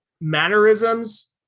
Mannerisms